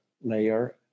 layer